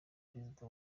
perezida